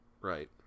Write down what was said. Right